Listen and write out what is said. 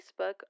Facebook